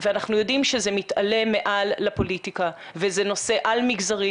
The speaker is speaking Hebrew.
ואנחנו יודעים שזה מתעלה מעל לפוליטיקה וזה נושא על מגזרי,